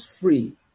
free